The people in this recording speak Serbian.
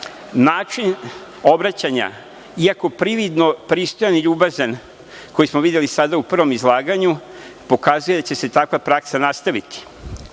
način obraćanja, iako prividno pristojan i ljubazan koji smo videli sada u prvom izlaganju, pokazuje da će se takva praksa nastaviti.